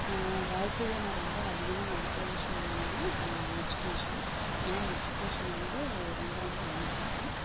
வாழ்க்கையில நான் ரொம்ப அதிகமாக மதிக்கிற விஷயம் என்னனா எஜிகேஷன் ஏன்னா எஜிகேஷன் வந்து ரொம்ப ரொம்ப இம்பார்ட்டண்ட்